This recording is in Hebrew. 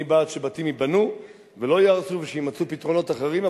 אני בעד שבתים ייבנו ולא ייהרסו ושיימצאו פתרונות אחרים.